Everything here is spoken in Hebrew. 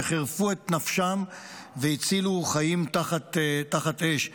שחירפו את נפשם והצילו חיים תחת אש.